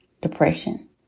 depression